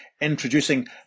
introducing